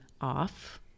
off